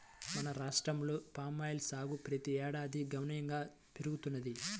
మన రాష్ట్రంలో పామాయిల్ సాగు ప్రతి ఏడాదికి గణనీయంగా పెరుగుతున్నది